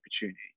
opportunity